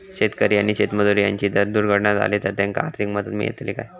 शेतकरी आणि शेतमजूर यांची जर दुर्घटना झाली तर त्यांका आर्थिक मदत मिळतली काय?